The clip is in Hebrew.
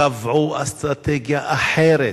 קבעו אסטרטגיה אחרת,